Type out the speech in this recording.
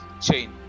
chain